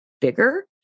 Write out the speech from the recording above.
bigger